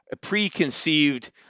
preconceived